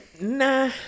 Nah